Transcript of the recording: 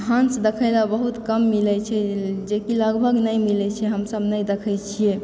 हंस देखै लए बहुत कम मिलै छै जे कि लगभग नहि मिलै छै हम सब नहि देखै छियै